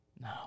No